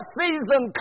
season